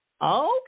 Okay